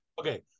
Okay